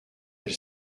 elle